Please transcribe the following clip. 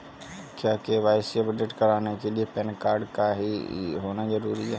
क्या KYC update कराने के लिए पैन कार्ड का ही होना जरूरी है?